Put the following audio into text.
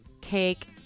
cake